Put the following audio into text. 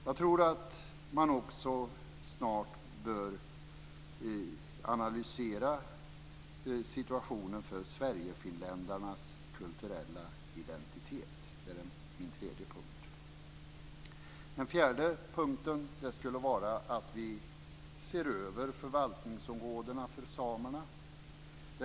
Jag tror att man också snart bör analysera situationen för sverigefinländarnas kulturella identitet. Det är min tredje punkt. Den fjärde punkten skulle vara att vi ser över förvaltningsområdena för samerna.